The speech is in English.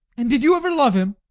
and did you ever love him?